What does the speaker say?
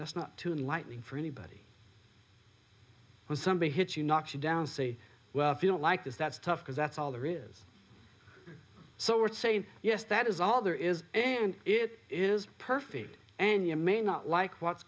that's not to enlighten for anybody when somebody hits you knocks you down say well if you don't like this that's tough because that's all there is so we're saying yes that is all there is and it is perfect and you may not like what's